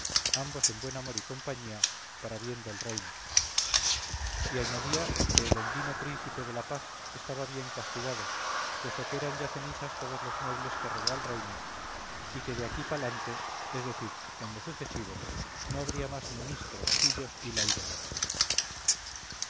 ambos en buen amor y compaña para bien del reino y añadía que el endino príncipe de la paz estaba bien castigado puesto que eran ya cenizas todos los muebles que robó al reino y que de aquí palante es decir en lo sucesivo no habría más menistros pillos y lairones